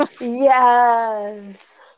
Yes